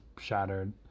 shattered